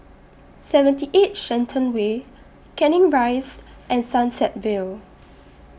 seventy eight Shenton Way Canning Rise and Sunset Vale